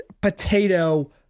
potato